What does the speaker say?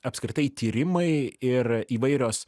apskritai tyrimai ir įvairios